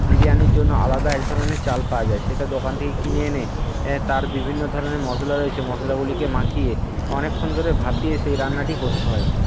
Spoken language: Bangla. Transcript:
বিরিয়ানির জন্য আলাদা এক ধরনের চাল পাওয়া যায় সেটা দোকান থেকে কিনে এনে তার বিভিন্ন ধরনের মশলা রয়েছে মশলাগুলিকে মাখিয়ে অনেকক্ষণ ধরে ভাপিয়ে সেই রান্নাটি করতে হয়